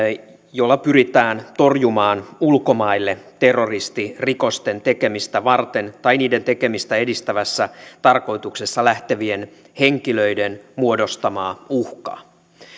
jolla pyritään torjumaan ulkomaille terroristirikosten tekemistä varten tai niiden tekemistä edistävässä tarkoituksessa lähtevien henkilöiden muodostamaa uhkaa